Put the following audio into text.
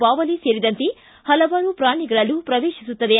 ಬಾವಲಿ ಸೇರಿದಂತೆ ಹಲವಾರು ಪ್ರಾಣಿಗಳಲ್ಲೂ ಪ್ರವೇಶಿಸುತ್ತಿದೆ